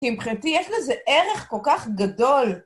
כי מבחינתי, יש לזה ערך כל כך גדול.